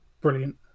brilliant